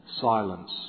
silence